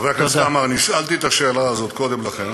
חבר הכנסת עמאר, נשאלה השאלה הזאת קודם לכן.